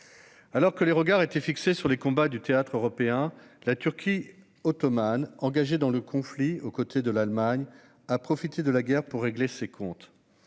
Alors que les regards étaient fixés sur les combats du théâtre européen, la Turquie ottomane, engagée dans le conflit aux côtés de l'Allemagne, a profité de la guerre pour régler ses comptes